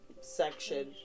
section